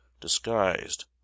disguised